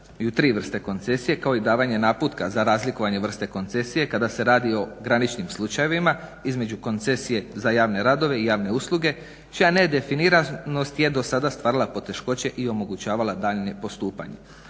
tri vrste koncesije kao i davanje naputka za razlikovanje vrste koncesije kada se radi o graničnim slučajevima između koncesije za javne radove i javne usluge čija nedefiniranost je do sada stvarala poteškoće i omogućavala daljnje postupanje.